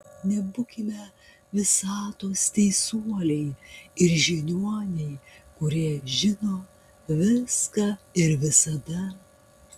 nebūkime visatos teisuoliai ir žiniuoniai kurie žino viską ir visada